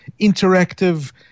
interactive